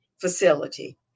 facility